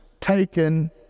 taken